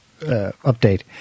update